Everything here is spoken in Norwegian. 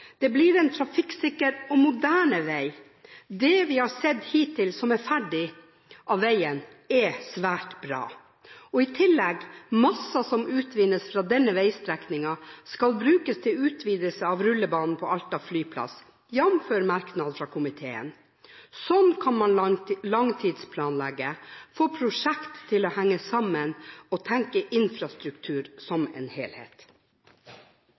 Det blir en trafikksikker og moderne vei. Det vi har sett hittil av det som er ferdig av veien, er svært bra. I tillegg skal masser som utvinnes fra denne veistrekningen, brukes til utvidelse av rullebanen på Alta flyplass, jfr. merknad fra komiteen. Slik kan man langtidsplanlegge, få prosjekt til å henge sammen og tenke infrastruktur som en helhet.